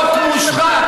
חוק מושחת.